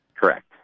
Correct